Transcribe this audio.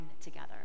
together